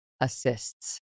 assists